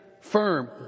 firm